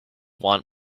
want